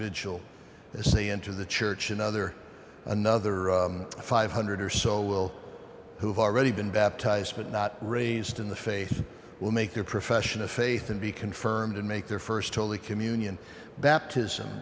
say into the church and other another five hundred or so will who have already been baptized but not raised in the faith will make their profession of faith and be confirmed and make their first holy communion baptism